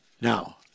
now